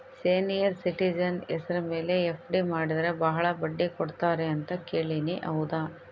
Senior citizen ಹೆಸರ ಮೇಲೆ FD ಮಾಡಿದರೆ ಬಹಳ ಬಡ್ಡಿ ಕೊಡ್ತಾರೆ ಅಂತಾ ಕೇಳಿನಿ ಹೌದಾ?